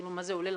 מה זה עולה לכם,